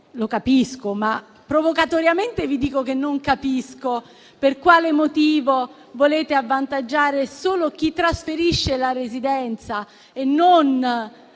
lo capisco, ma provocatoriamente vi dico che non lo capisco, vogliate avvantaggiare solo chi trasferisce la residenza e non